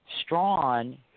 Strawn